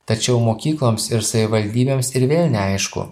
tačiau mokykloms ir savivaldybėms ir vėl neaišku